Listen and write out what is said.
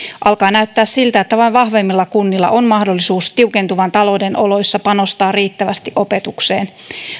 alkaa näyttää siltä että vain vahvemmilla kunnilla on mahdollisuus tiukentuvan talouden oloissa panostaa riittävästi opetukseen